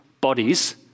bodies